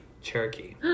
Cherokee